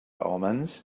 omens